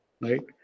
right